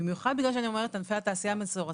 במיוחד בגלל שאני אומרת ענפי התעשייה המסורתית,